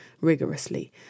rigorously